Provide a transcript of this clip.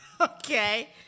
Okay